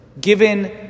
given